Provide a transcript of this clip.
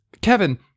kevin